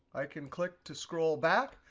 i can click to scroll back.